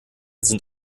sind